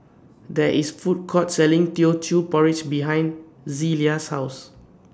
There IS Food Court Selling Teochew Porridge behind Zelia's House